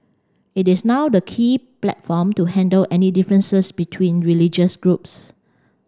it is now the key platform to handle any differences between religious groups